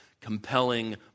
compelling